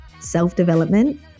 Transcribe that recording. self-development